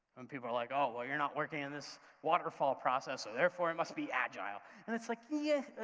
and people are like, oh, well, you're not working in this waterfall process so, therefore, it must be agile. and it's like, yes,